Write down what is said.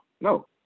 No